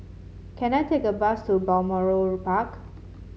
can I take a bus to Balmoral Park